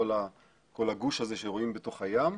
כול הגוש הזה שרואים בתוך הים,